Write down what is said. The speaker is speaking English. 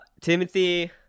Timothy